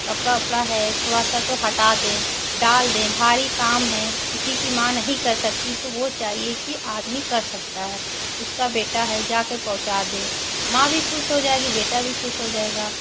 कपड़ा उपड़ा है थोड़ा सा तो हटा दें दाल दें भारी काम है किसी की माँ नहीं कर सकती तो वह चाहिए कि आदमी कर सकता है उसका बेटा है जाकर पहुँचा दे माँ भी ख़ुश हो जाएगी बेटा भी ख़ुश हो जाएगा